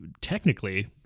technically